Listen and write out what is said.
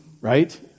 right